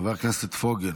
חבר הכנסת פוגל.